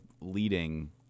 leading